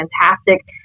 fantastic